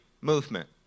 movement